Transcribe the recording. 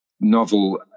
novel